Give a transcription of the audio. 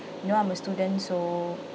you know I'm a student so